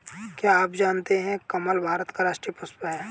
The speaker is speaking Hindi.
क्या आप जानते है कमल भारत का राष्ट्रीय पुष्प है?